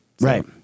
Right